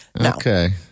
Okay